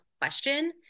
question